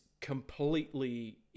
completely